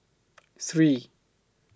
three